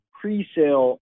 pre-sale